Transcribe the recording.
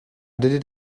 did